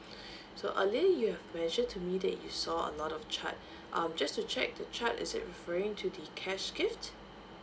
so earlier you have mentioned to me that you saw a lot of chart um just to check the chart is it referring to the cash gift